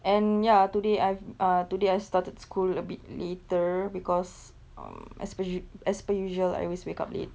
and ya today I've ah today I started school a bit later because um as per u~ as per usual I always wake up late